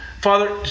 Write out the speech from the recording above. Father